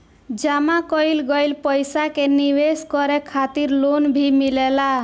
जामा कईल गईल पईसा के निवेश करे खातिर लोन भी मिलेला